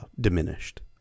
diminished